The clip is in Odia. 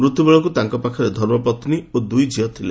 ମୃତ୍ୟୁ ବେଳକୁ ତାଙ୍କ ପାଖରେ ଧର୍ମପତ୍ନୀ ଓ ଦୁଇ ଝିଅ ଥିଲେ